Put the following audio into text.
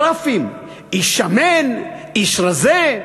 גרפים, איש שמן, איש רזה,